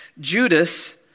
Judas